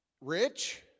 rich